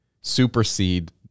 supersede